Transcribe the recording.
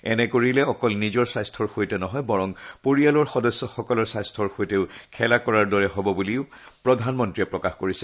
এনে কৰিলে অকল নিজৰ স্বাস্থৰ সৈতে নহয় বৰং পৰিয়ালৰ সদস্যসকলৰ স্বাস্থৰ সৈতেও খেলা কৰাৰ দৰে হ'ব বুলিও প্ৰধানমন্ত্ৰীয়ে প্ৰকাশ কৰিছে